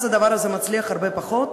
אז הדבר הזה מצליח הרבה פחות,